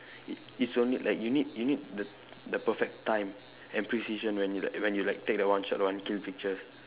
it it's only like you need you need the the perfect time and precision when you like when you like take the one shoot one kill picture